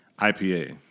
IPA